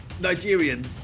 Nigerian